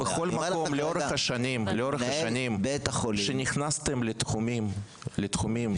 בכל מקום לאורך השנים כשנכנסתם לתחומים שלא